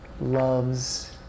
loves